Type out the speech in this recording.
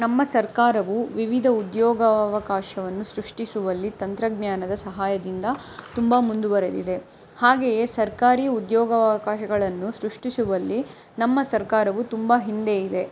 ನಮ್ಮ ಸರ್ಕಾರವು ವಿವಿಧ ಉದ್ಯೋಗ ಅವಕಾಶವನ್ನು ಸೃಷ್ಟಿಸುವಲ್ಲಿ ತಂತ್ರಜ್ಞಾನದ ಸಹಾಯದಿಂದ ತುಂಬ ಮುಂದುವರೆದಿದೆ ಹಾಗೆಯೇ ಸರ್ಕಾರಿ ಉದ್ಯೋಗ ಅವಕಾಶಗಳನ್ನು ಸೃಷ್ಟಿಸುವಲ್ಲಿ ನಮ್ಮ ಸರ್ಕಾರವು ತುಂಬ ಹಿಂದೆ ಇದೆ